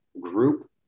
Group